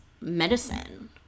medicine